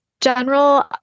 general